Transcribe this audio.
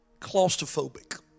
claustrophobic